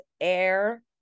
air